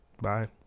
Bye